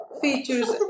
features